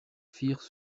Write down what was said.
firent